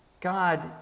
God